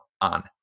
on